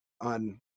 on